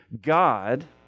God